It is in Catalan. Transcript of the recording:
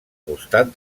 costat